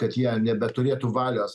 kad jie nebeturėtų valios